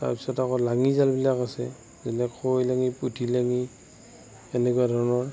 তাৰপিছত আকৌ লাঙি জালবিলাক আছে যেনেকৈ কাৱৈ লাঙি পুঠি লাঙি সেনেকুৱা ধৰণৰ